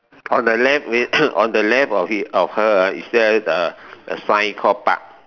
on the left on the left of he~ of her ah is there a a sign called park